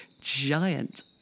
giant